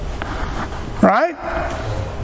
right